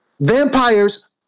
vampires